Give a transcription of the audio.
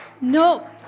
No